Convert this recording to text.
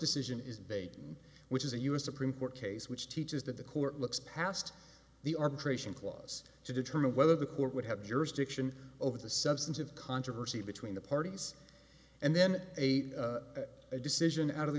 decision is bait and which is a us supreme court case which teaches that the court looks past the arbitration clause to determine whether the court would have jurisdiction over the substantive controversy between the parties and then a decision out of the